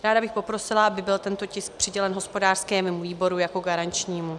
Ráda bych poprosila, aby byl tento tisk přidělen hospodářskému výboru jako garančnímu.